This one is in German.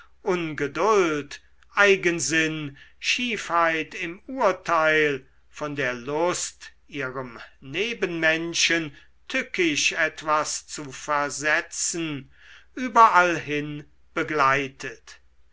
ungeduld eigensinn schiefheit im urteil von der lust ihrem nebenmenschen tückisch etwas zu versetzen überallhin begleitet